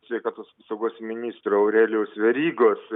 sveikatos apsaugos ministro aurelijaus verygos